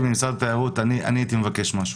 לא מאשרים את המכתב שלי ממשרד החוץ,